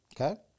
Okay